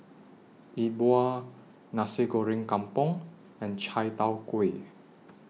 Yi Bua Nasi Goreng Kampung and Chai Tow Kway